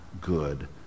good